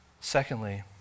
Secondly